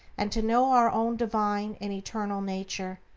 and to know our own divine and eternal nature.